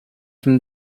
from